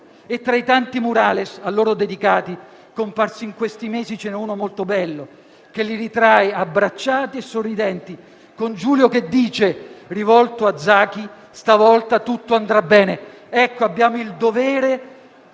E tra i tanti *murales* a loro dedicati, comparsi in questi mesi, ce n'è uno molto bello che li ritrae abbracciati e sorridenti, con Giulio che dice, rivolto a Zaki: «Stavolta andrà tutto bene». Ebbene, abbiamo il dovere